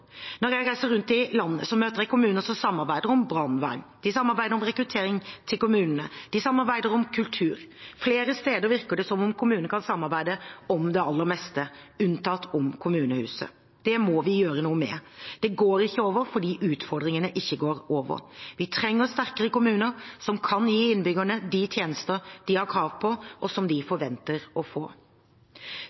Når jeg reiser rundt i landet, møter jeg kommuner som samarbeider om brannvern, samarbeider om rekruttering til kommunene og samarbeider om kultur. Flere steder virker det som om kommunene kan samarbeide om det aller meste – unntatt om kommunehuset. Det må vi gjøre noe med. Det går ikke over – fordi utfordringene ikke går over. Vi trenger sterkere kommuner som kan gi innbyggerne de tjenestene de har krav på, og som de forventer å få.